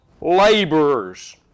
laborers